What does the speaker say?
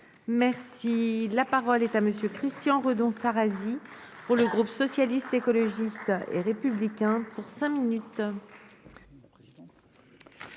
Merci la parole est à monsieur Christian Redon s'Arazi pour le groupe socialiste, écologiste et républicain pour cinq minutes.